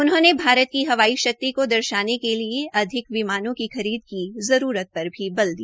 उन्होंने भारत में हवाई शक्ति से दर्शाने के लिए आधिक विमानों की खरीद की आवश्यक्ता पर भी बल दिया